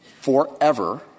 forever